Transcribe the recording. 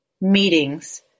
meetings